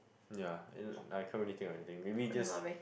ya and like I can't really think of anything maybe just